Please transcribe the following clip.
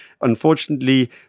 Unfortunately